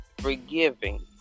forgiving